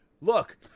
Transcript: look